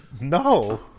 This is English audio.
No